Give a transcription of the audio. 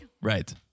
right